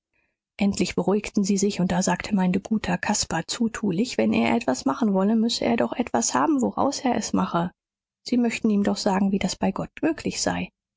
endlich beruhigten sie sich und da sagte mein guter caspar zutulich wenn er etwas machen wolle müsse er doch etwas haben woraus er es mache sie möchten ihm doch sagen wie das bei gott möglich sei